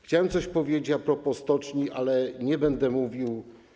Chciałem coś powiedzieć a propos stoczni, ale nie będę mówił.